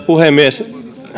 puhemies